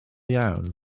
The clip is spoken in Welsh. iawn